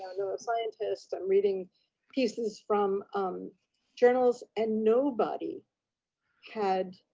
no scientist, i'm reading pieces from journals. and nobody had,